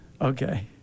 okay